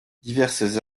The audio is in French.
diverses